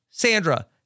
Sandra